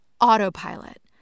autopilot